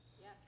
Yes